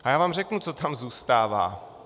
A já vám řeknu, co tam zůstává.